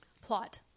Plot